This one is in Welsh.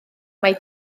mae